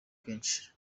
menshi